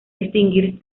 distinguir